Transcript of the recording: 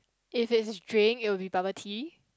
if it's drink it will be bubble tea